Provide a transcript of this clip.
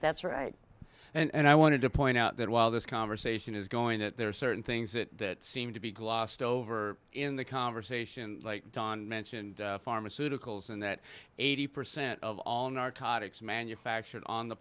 that's right and i wanted to point out that while this conversation is going that there are certain things that seem to be glossed over in the conversation like don mentioned pharmaceuticals and that eighty percent of all narcotics manufactured on the